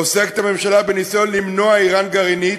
עוסקת הממשלה בניסיון למנוע איראן גרעינית,